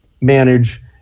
manage